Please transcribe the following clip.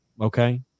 Okay